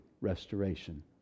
restoration